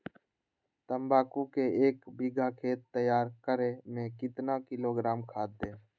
तम्बाकू के एक बीघा खेत तैयार करें मे कितना किलोग्राम खाद दे?